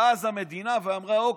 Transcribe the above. באה אז המדינה ואמרה: אוקיי,